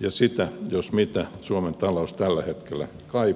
ja sitä jos mitä suomen talous tällä hetkellä kaipaa